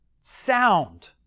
sound